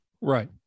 Right